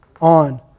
on